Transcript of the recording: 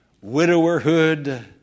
widowerhood